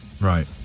right